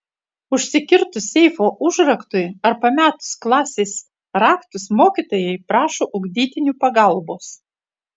užsikirtus seifo užraktui ar pametus klasės raktus mokytojai prašo ugdytinių pagalbos